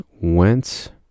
went